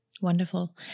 Wonderful